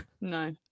no